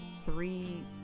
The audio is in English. three